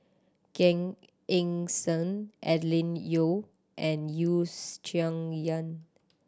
Gan Eng Seng Adeline Ooi and You Yen